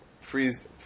freeze